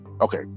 Okay